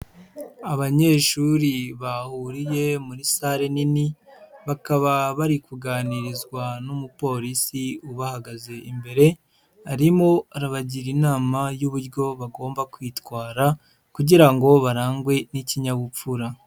Abanyeshuri bahuriye muri sale nini, bakaba bari kuganirizwa n'umupolisi ubahagaze imbere, arimo arabagira inama y'uburyo bagomba kwitwara kugira ngo barangwe n'ikinyabupfura.